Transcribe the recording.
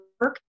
work